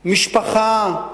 "משפחה".